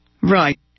right